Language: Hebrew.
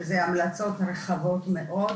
שזה המלצות רחבות מאוד,